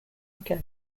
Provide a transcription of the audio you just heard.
ago